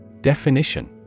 Definition